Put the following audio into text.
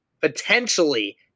potentially